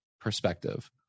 perspective